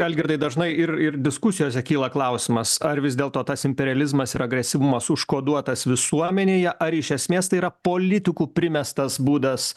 algirdai dažnai ir ir diskusijose kyla klausimas ar vis dėlto tas imperializmas ir agresyvumas užkoduotas visuomenėje ar iš esmės tai yra politikų primestas būdas